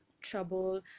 trouble